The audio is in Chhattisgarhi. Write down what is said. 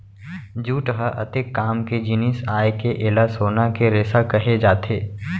जूट ह अतेक काम के जिनिस आय के एला सोना के रेसा कहे जाथे